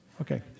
Okay